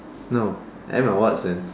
no Emma Watson